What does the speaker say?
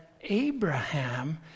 Abraham